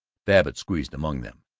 babbitt squeezed among them.